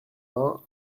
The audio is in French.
vingt